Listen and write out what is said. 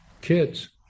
kids